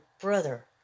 brother